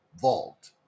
vault